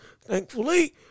Thankfully